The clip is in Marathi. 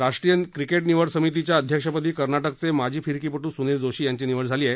राष्ट्रीय क्रिकेट निवड समितीच्या अध्यक्षपदी कर्नाटकाचे माजी फिरकीपटू सुनील जोशी यांची निवड झाली आहे